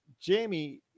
Jamie